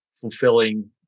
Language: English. fulfilling